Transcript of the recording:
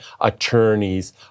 attorneys